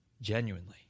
genuinely